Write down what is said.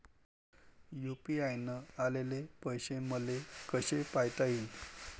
UPI न आलेले पैसे मले कसे पायता येईन?